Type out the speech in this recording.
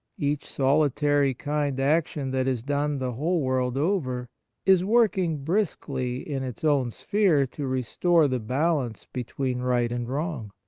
each solitary kind action that is done the whole world over is working briskly in its own sphere to restore the balance between right and wrong.